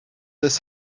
this